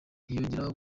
ntiyongera